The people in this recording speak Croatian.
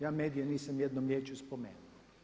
Ja medije nisam jednom riječju spomenuo.